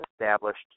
established